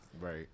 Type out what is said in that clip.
Right